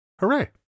hooray